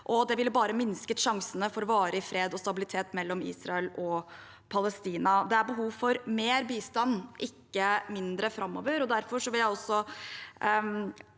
det ville bare minsket sjansene for varig fred og stabilitet mellom Israel og Palestina. Det er behov for mer bistand framover, ikke mindre. Derfor vil jeg også